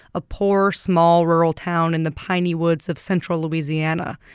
a poor, small rural town in the piney woods of central louisiana.